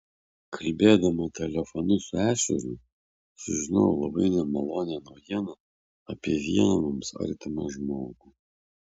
kalbėdama telefonu su ešeriu sužinojau labai nemalonią naujieną apie vieną mums artimą žmogų